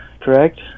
correct